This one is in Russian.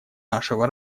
нашего